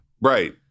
Right